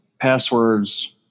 passwords